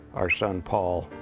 our son paul,